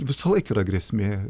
visąlaik yra grėsmė